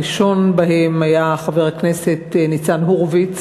הראשון בהם היה חבר הכנסת ניצן הורוביץ,